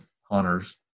hunters